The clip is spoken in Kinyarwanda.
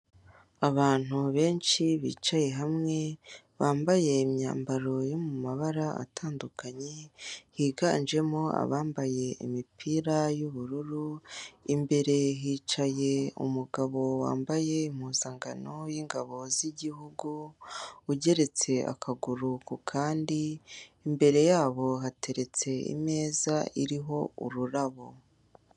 Abantu benshi bicaye hamwe, bambaye imyambaro yo mu mabara atandukanye, higanjemo abambaye imipira y'ubururu, imbere hicaye umugabo wambaye impuzankano y'ingabo z'igihugu, ugeretse akaguru ku kandi, imbere yabo hateretse imeza iriho ururabo.